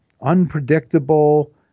unpredictable